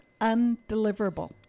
undeliverable